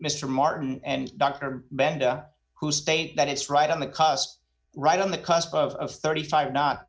mr martin and dr banda who state that it's right on the cost right on the cusp of thirty five